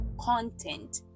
content